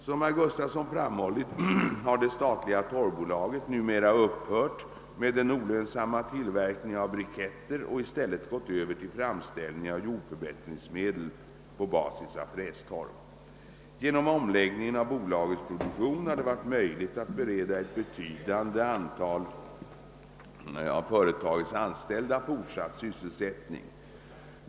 Som herr Gustavsson framhållit har det statliga torvbolaget numera upphört med den olönsamma tillverkningen av briketter och i stället gått över till framställning av jordförbättringsmedel på basis av frästorv. Genom omläggningen av bolagets produktion har det varit möjligt att bereda ett betydande antal av företagets anställda fortsatt sysselsättning.